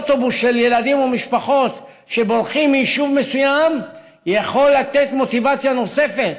אוטובוס של ילדים ומשפחות שבורחים מיישוב מסוים יכול לתת מוטיבציה נוספת